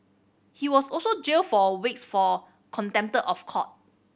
he was also jailed for a weeks for contempt of court